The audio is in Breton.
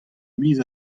miz